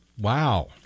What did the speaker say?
Wow